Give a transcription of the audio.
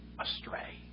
astray